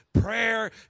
prayer